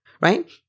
right